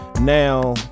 Now